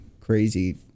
crazy